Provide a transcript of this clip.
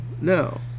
No